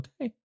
Okay